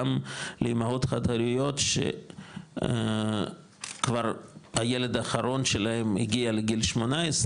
גם לאימהות חד-הוריות שכבר הילד אחרון שלהם הגיע לגיל 18,